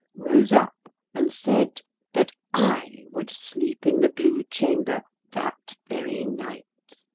rose up and said that i would sleep in the blue chamber that very night.